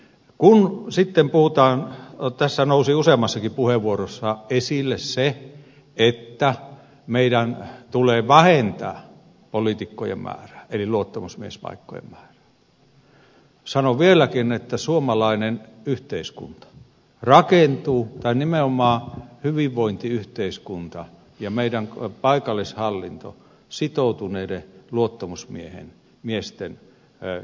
kun sitten puhutaan tässä nousi useammassakin puheenvuorossa esille se että meidän tulee vähentää poliitikkojen määrää eli luottamusmiespaikkojen määrää sanon vieläkin että suomalainen yhteiskunta tai nimenomaan hyvinvointiyhteiskunta ja meidän paikallishallintomme rakentuvat sitoutuneiden luottamusmiesten keskeiseen panokseen